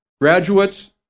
Graduates